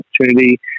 opportunity